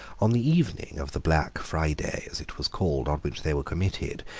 on the evening of the black friday, as it was called, on which they were committed,